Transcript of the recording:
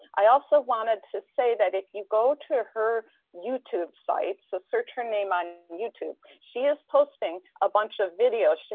i also wanted to say that if you go to her youtube site, so search her name on youtube, she is posting a bunch of video.